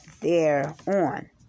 thereon